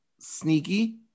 sneaky